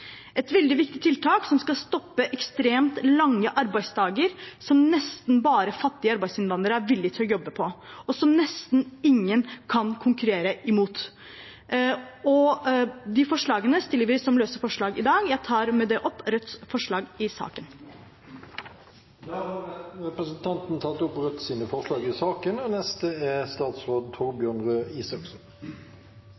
et veldig viktig tiltak, som skal stoppe ekstremt lange arbeidsdager, som nesten bare fattige arbeidsinnvandrere er villige til å jobbe på, og som nesten ingen kan konkurrere mot. De forslagene fremmes som løse forslag i dag, og jeg tar opp Rødts forslag til saken. Da har representanten Seher Aydar tatt opp